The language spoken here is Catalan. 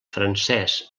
francès